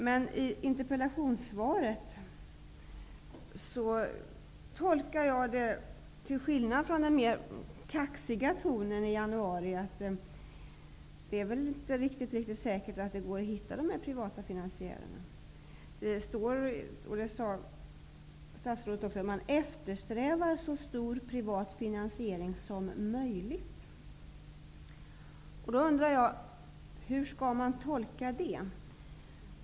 Jag tolkar dock interpellationssvaret så -- till skillnad från januaribeskedet med dess mer kaxiga ton -- att det väl inte är riktigt säkert att det går att hitta dessa privata finansiärer. Det står i svaret, och det sade statsrådet också, att man eftersträvar så stor privat finansiering som möjligt. Jag undrar hur man skall tolka det.